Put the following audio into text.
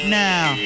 now